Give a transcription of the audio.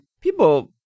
people